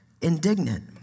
indignant